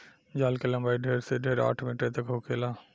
जाल के लम्बाई ढेर से ढेर आठ मीटर तक होखेला